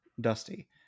Dusty